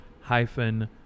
hyphen